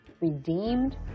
redeemed